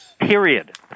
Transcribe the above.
period